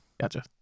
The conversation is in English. Gotcha